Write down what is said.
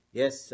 yes